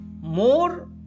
more